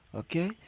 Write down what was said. okay